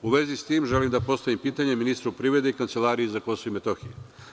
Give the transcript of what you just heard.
U vezi s tim, želim da postavim pitanje ministru privrede i Kancelariji za KiM.